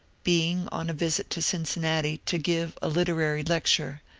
being on a visit to cincinnati to give a literary lecture,